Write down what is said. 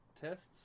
tests